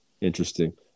Interesting